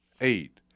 Eight